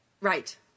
Right